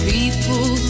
People